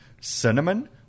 cinnamon